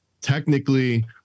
technically